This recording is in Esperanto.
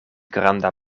granda